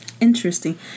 Interesting